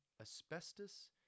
asbestos